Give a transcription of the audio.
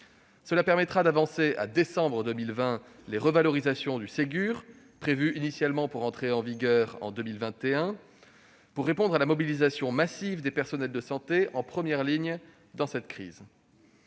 Cela permettra d'avancer à décembre 2020 les revalorisations du Ségur de la santé, prévues initialement pour entrer en vigueur en 2021, afin de répondre à la mobilisation massive des personnels de santé, en première ligne dans cette crise.